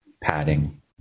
padding